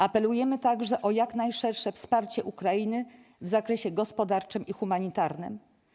Apelujemy także o jak najszersze wsparcie Ukrainy w zakresie gospodarczym i humanitarnym.